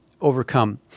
overcome